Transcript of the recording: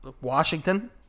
Washington